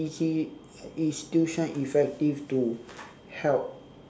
is it is tuition effective to help